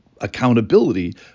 accountability